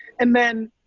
and then,